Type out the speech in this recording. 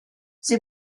sie